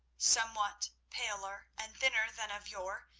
somewhat paler and thinner than of yore,